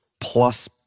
plus